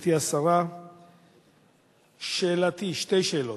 גברתי השרה, שאלתי, שתי שאלות: